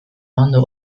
ondo